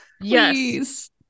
yes